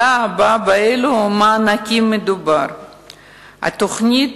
3. התוכנית